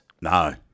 No